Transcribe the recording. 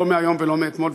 לא מהיום ולא מאתמול,